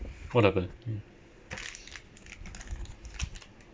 what happened